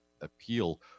appeal